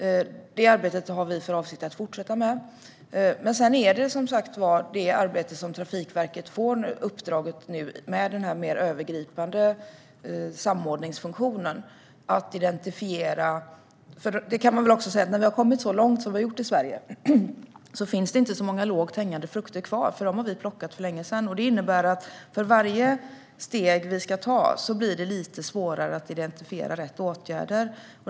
Det arbetet har vi för avsikt att fortsätta med. Trafikverket har, som sagt, fått i uppdrag att ha den mera övergripande samordningsfunktionen. När vi har kommit så långt som vi har gjort i Sverige finns det inte så många lågt hängande frukter kvar, för dem har vi plockat för länge sedan. Det innebär att för varje steg som vi ska ta blir det lite svårare att identifiera rätt åtgärder.